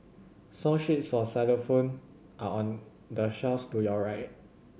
song sheets for xylophone are on the to your right